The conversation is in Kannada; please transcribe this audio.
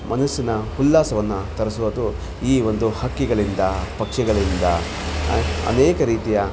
ಮನಸ್ಸಿನ ಉಲ್ಲಾಸವನ್ನ ತರಿಸೋದು ಈ ಒಂದು ಹಕ್ಕಿಗಳಿಂದ ಪಕ್ಷಿಗಳಿಂದ ಅನೇಕ ರೀತಿಯ